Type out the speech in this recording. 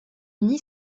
uni